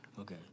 Okay